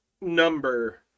number